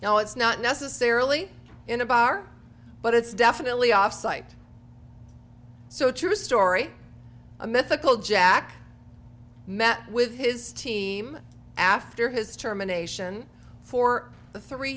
now it's not necessarily in a bar but it's definitely off site so a true story a mythical jack met with his team after his germination for th